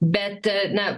bet na